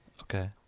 Okay